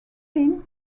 been